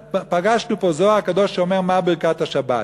פגשנו פה, הזוהר הקדוש שאומר מה ברכת השבת.